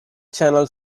channel